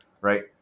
right